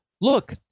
look